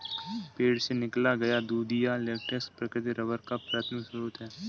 पेड़ से निकाला गया दूधिया लेटेक्स प्राकृतिक रबर का प्राथमिक स्रोत है